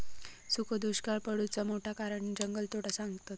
सुखो दुष्काक पडुचा मोठा कारण जंगलतोड सांगतत